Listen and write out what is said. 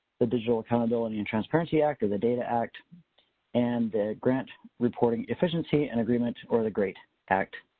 the digital accountability and transparency act, or the data act and the grant reporting efficiency and agreement, or the great act